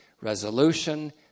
resolution